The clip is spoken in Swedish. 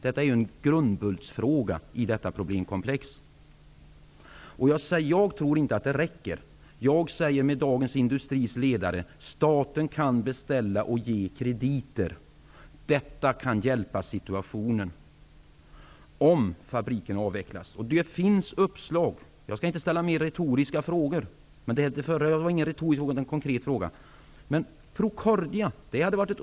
Det är en grundbultsfråga i detta problemkomplex. Jag tror inte att det räcker. Jag säger som Dagens Industris ledare: Staten kan beställa och ge krediter. Detta kan förbättra situationen, om fabriken avvecklas, och det finns uppslag. Jag skall inte ställa retoriska frågor, och det förra var ingen retorisk fråga utan en konkret fråga.